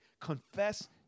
confess